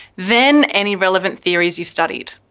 then any relevant theories you studied.